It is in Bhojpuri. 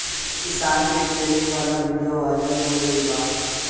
किसान के ट्रेनिंग वाला विडीओ वायरल हो गईल बा